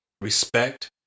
respect